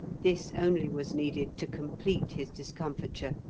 this only was needed to complete his discomfiture.